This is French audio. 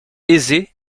aisée